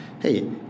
hey